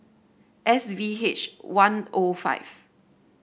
S V H one O five